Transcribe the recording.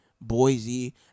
Boise